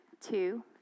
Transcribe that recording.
two